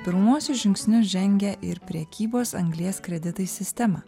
pirmuosius žingsnius žengia ir prekybos anglies kreditais sistema